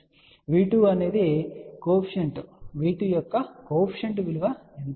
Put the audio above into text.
కాబట్టి V2 యొక్క coefficient విలువ ఎంత